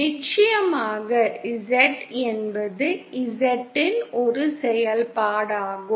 நிச்சயமாக z என்பது Z இன் ஒரு செயல்பாடாகும்